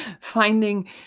finding